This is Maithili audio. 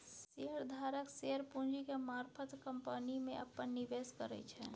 शेयर धारक शेयर पूंजी के मारफत कंपनी में अप्पन निवेश करै छै